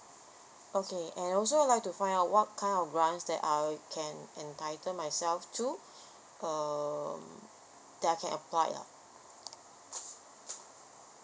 okay and also I'd like to find out what kind of grants that I can entitle myself to err that I can apply lah